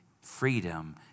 freedom